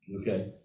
Okay